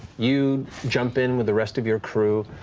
you jump in with the rest of your crew.